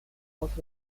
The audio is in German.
auf